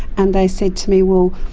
and they said to me, well,